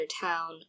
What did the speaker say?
town